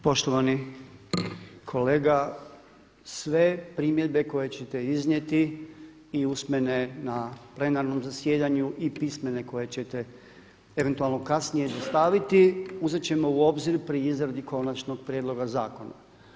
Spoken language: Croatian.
Poštovani kolega sve primjedbe koje ćete iznijeti i usmene na plenarnom zasjedanju i pismene koje ćete eventualno kasnije dostaviti uzet ćemo u obzir pri izradi konačnog prijedloga zakona.